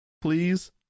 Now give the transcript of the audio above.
Please